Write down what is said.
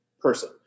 person